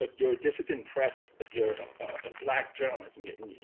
ah your dissident press, if you're a black journalist,